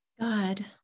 God